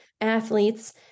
athletes